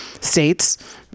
States